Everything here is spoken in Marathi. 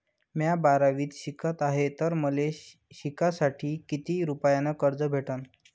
म्या बारावीत शिकत हाय तर मले शिकासाठी किती रुपयान कर्ज भेटन?